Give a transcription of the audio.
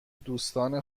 دوستان